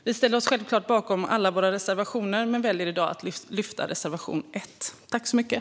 Vi ställer oss självklart bakom alla våra reservationer, men väljer i dag att yrka bifall endast till reservation 1.